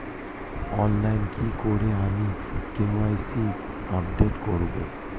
অনলাইনে কি করে আমি কে.ওয়াই.সি আপডেট করব?